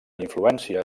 influència